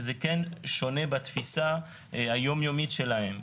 וזה כן שונה בתפיסה היום-יומית שלהם.